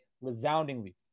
resoundingly